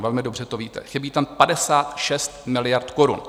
Velmi dobře to víte, chybí tam 56 miliard korun.